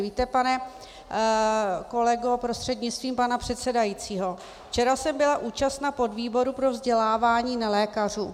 Víte, pane kolego prostřednictvím pana předsedajícího, včera jsem byla účastna podvýboru pro vzdělávání nelékařů.